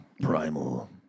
Primal